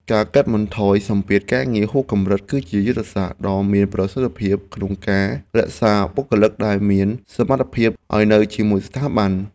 ការកាត់បន្ថយសម្ពាធការងារហួសកម្រិត គឺជាយុទ្ធសាស្ត្រដ៏មានប្រសិទ្ធភាពក្នុងការរក្សាបុគ្គលិកដែលមានសមត្ថភាពឱ្យនៅជាមួយស្ថាប័ន។